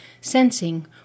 sensing